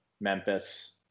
Memphis